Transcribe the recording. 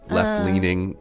Left-leaning